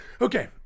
Okay